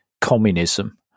communism